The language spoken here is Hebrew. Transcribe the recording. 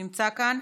נמצא כאן?